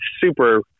super